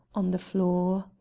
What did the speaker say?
on the floor.